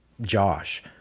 Josh